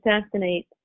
assassinate